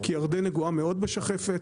כי ירדן נגועה מאוד בשחפת.